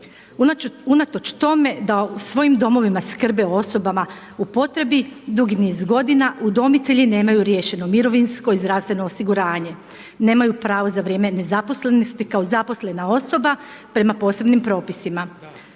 Unatoč tome da u svojim domovima skrbe o osobama u potrebi dugi niz godina udomitelji nemaju riješeno mirovinsko i zdravstveno osiguranje. Nemaju pravo za vrijeme nezaposlenosti kao zaposlena osoba prema posebnim propisima.